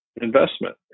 investment